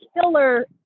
killer